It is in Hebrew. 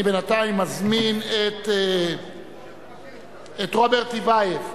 התשע"א 2010, יציג אותה חבר הכנסת רוברט טיבייב.